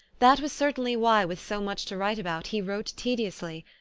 that was certainly why with so much to write about he wrote tediously,